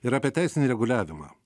ir apie teisinį reguliavimą